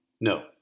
no